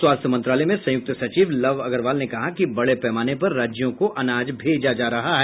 स्वास्थ्य मंत्रालय में संयुक्त सचिव लव अग्रवाल ने कहा कि बडे पैमाने पर राज्यों को अनाज भेजा जा रहा है